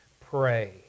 pray